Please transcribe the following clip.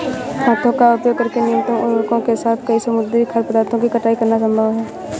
हाथों का उपयोग करके न्यूनतम उपकरणों के साथ कई समुद्री खाद्य पदार्थों की कटाई करना संभव है